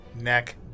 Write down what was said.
neck